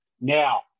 Now